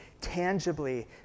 tangibly